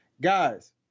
Guys